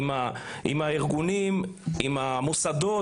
עם הארגונים והמוסדות.